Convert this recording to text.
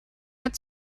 mit